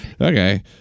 Okay